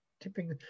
tipping